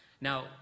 Now